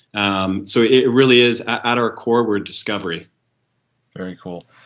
um so it really is at our core word discovery very cool.